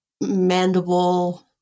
mandible